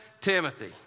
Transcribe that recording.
timothy